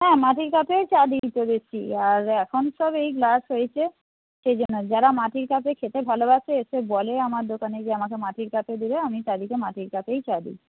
হ্যাঁ মাটির কাপেও চা দিই তো বেশি আর এখন সব এই গ্লাস হয়েছে সেই জন্য যারা মাটির কাপে খেতে ভালোবাসে এসে বলে আমার দোকানে যে আমাকে মাটির কাপে দেবে আমি তাদেরকে মাটির কাপেই চা দিই